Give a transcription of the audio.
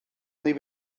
neu